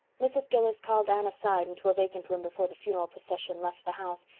mrs. gillis called anne aside into a vacant room before the funeral procession left the house,